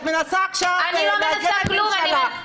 את מנסה עכשיו לייצג את הממשלה,